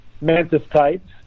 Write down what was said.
mantis-types